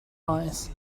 eyes